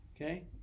Okay